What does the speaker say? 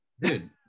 dude